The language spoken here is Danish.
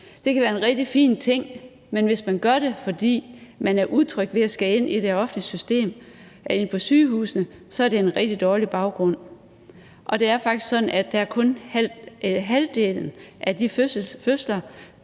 Det kan være en rigtig fin ting, men hvis man gør det, fordi man er utryg ved at skulle ind i det offentlige system og ind på sygehusene, er det en rigtig dårlig baggrund. Det er faktisk sådan, at kun halvt så mange oplever